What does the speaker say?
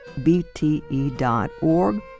bte.org